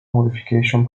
modification